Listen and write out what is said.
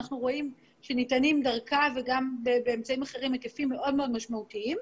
אנחנו רואים שניתנים דרכה ובאמצעים אחרים היקפים מאוד מאוד משמעותיים.